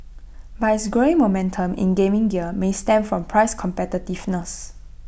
but its growing momentum in gaming gear may stem from price competitiveness